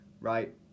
right